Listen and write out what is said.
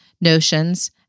notions